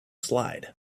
slide